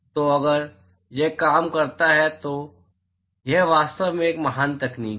तो अगर यह काम करता है तो यह वास्तव में एक महान तकनीक है